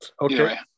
okay